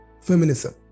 Feminism